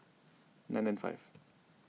nine nine five